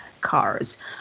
cars